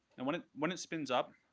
and when it when it spins up,